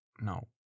no